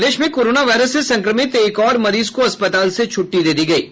प्रदेश में corona virus से संक्रमित एक और मरीज को अस्पताल से छुट्टी दे दी गयी है